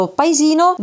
paesino